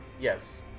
yes